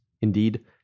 Indeed